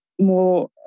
more